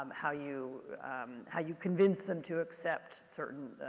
um how you how you convince them to accept certain,